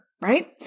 right